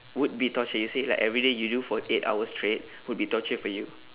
would be torture you say like everyday you do for eight hours straight would be torture for you